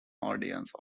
audience